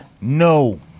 No